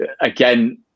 again